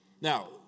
Now